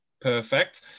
Perfect